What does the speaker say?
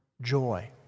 joy